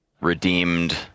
redeemed